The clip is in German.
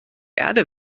erde